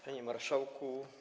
Panie Marszałku!